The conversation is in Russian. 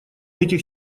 этих